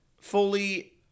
Fully